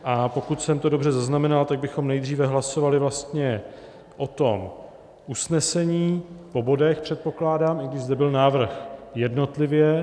A pokud jsem to dobře zaznamenal, tak bychom nejdříve hlasovali vlastně o tom usnesení po bodech, předpokládám, i když zde byl návrh jednotlivě.